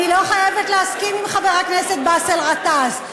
אני לא חייבת להסכים עם חבר הכנסת באסל גטאס.